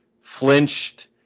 flinched